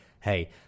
hey